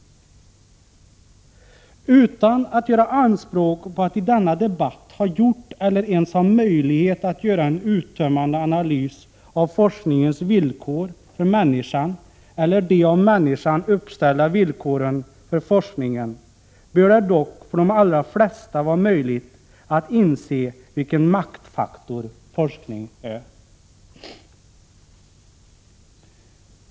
Utan att jag gör anspråk på att i denna debatt ha gjort eller ens ha möjlighet att göra en uttömmande analys av forskningens villkor för människan eller de av människan uppställda villkoren för forskningen, vill jag dock säga att det för de allra flesta bör vara möjligt att inse vilken maktfaktor forskning är.